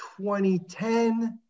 2010